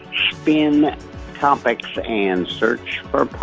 spin topics and search for